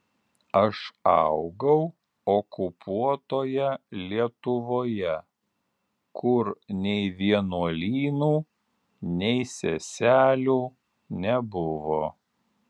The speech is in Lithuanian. aš augau okupuotoje lietuvoje kur nei vienuolynų nei seselių nebuvo